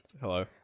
Hello